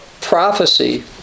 prophecy